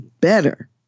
better